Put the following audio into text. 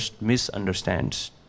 misunderstands